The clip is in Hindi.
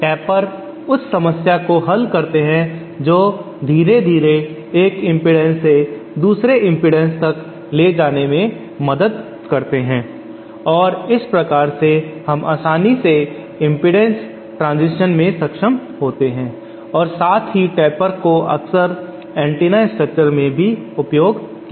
टेपर उस समस्या को हल करते हैं जो धीरे धीरे एक इम्पीडन्स से दूसरे इम्पीडन्स तक ले जाने में मदद करते हैं और इस प्रकार से हम आसानी से इम्पीडन्स ट्रांजीषण में सक्षम होते हैं और साथ ही टेपर को अक्सर एंटीना स्ट्रक्चर में उपयोग किया जाता है